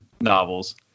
novels